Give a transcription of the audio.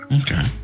okay